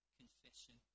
confession